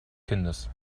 kindes